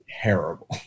terrible